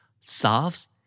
solves